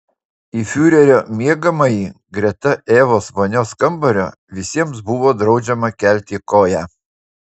į fiurerio miegamąjį greta evos vonios kambario visiems buvo draudžiama kelti koją